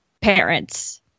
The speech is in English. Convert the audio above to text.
parents